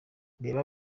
reba